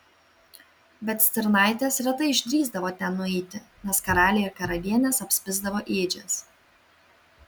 bet stirnaitės retai išdrįsdavo ten nueiti nes karaliai ir karalienės apspisdavo ėdžias